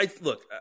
look